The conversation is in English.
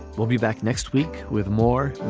we'll be back next week with more